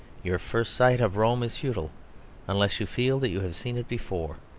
your first sight of rome is futile unless you feel that you have seen it before.